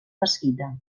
mesquita